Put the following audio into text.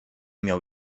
miał